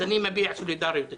החרדים אז אני מביע סולידריות איתכם.